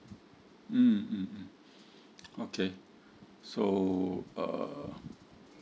mm mm okay so uh